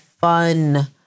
fun